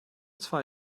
zwei